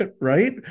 right